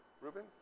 Ruben